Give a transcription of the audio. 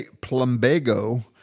plumbago